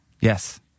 yes